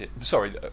Sorry